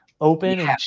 open